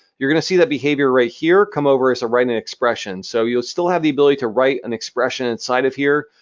you're going to see that behavior right here come over as a write-in expression. so you'll still have the ability to write an expression inside of here.